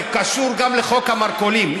זה קשור גם לחוק המרכולים,